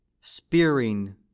spearing